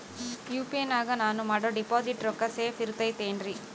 UPI ನಾಗ ನಾನು ಮಾಡೋ ಡಿಪಾಸಿಟ್ ರೊಕ್ಕ ಸೇಫ್ ಇರುತೈತೇನ್ರಿ?